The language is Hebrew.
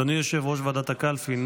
אדוני יושב-ראש ועדת הקלפי,